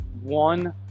One